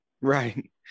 right